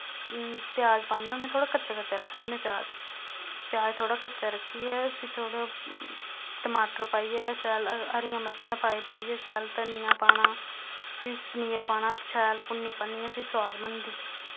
प्याज पान्ने होन्ने थोह्ड़ा कच्चा कच्चा रक्खने होन्ने प्याज प्याज थोह्ड़ा कच्चा रक्खियै फ्ही थोह्ड़ा टमाटर पाइयै शैल हरियां मर्चां पाई पुइयै शैल धनिया पाना फ्ही पनीर पाना शैल भुन्नी भन्नियै फिर सोआद बनदी